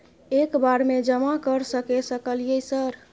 एक बार में जमा कर सके सकलियै सर?